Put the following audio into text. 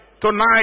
tonight